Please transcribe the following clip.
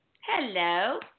Hello